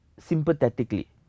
Sympathetically